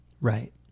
right